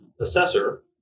assessor